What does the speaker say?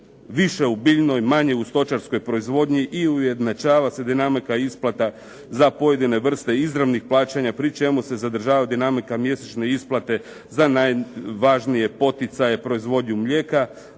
više u biljnoj, manje u stočarskoj proizvodnji i ujednačava se dinamika isplata za pojedine vrste izravnih plaćanja pri čemu se zadržava dinamika mjesečne isplate za najvažnije poticaje, proizvodnju mlijeka.